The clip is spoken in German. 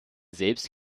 selbst